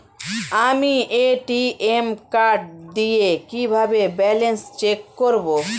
আমি ATM card দিয়ে কিভাবে ব্যালেন্স চেক করব?